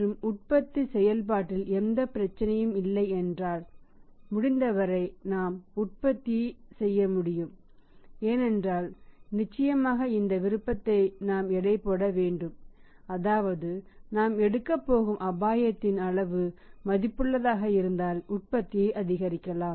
மற்றும் உற்பத்திச் செயல்பாட்டில் எந்தப் பிரச்சினையும் இல்லை என்றால் முடிந்தவரை நாம் உற்பத்தி செய்ய முடியும் என்றால் நிச்சயமாக இந்த விருப்பத்தை நாம் எடைபோட வேண்டும் அதாவது நாம் எடுக்கப் போகும் அபாயத்தின் அளவு மதிப்புள்ளதாக இருந்தால் உற்பத்தியை அதிகரிக்கலாம்